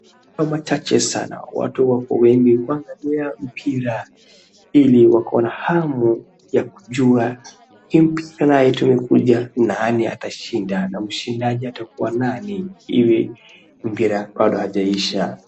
Kwa hayo machache sana, watu wako wengi kuangalia mpira hili wakona hamu ya kujua ni timu zitakazokuja na nani atashinda na mshindaji atakuwa nani hili mpira wa kwanza hajaisha.